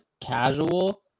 casual